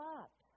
up